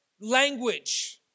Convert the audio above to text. language